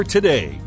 Today